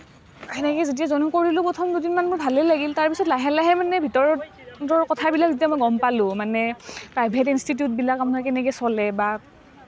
সেনেকৈ যেতিয়া জইন কৰিলোঁ প্ৰথম দুদিনমান মোৰ ভালেই লাগিল তাৰপিছত লাহে লাহে মানে ভিতৰৰ কথাবিলাক যেতিয়া মই গম পালোঁ মানে প্ৰাইভেট ইনষ্টিটিউটবিলাক আপোনাৰ কেনেকৈ চলে বা